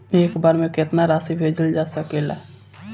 एक बार में केतना राशि भेजल जा सकेला?